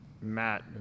Matt